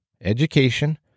education